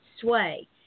sway